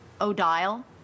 odile